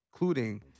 including